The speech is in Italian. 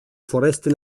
foreste